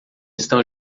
estão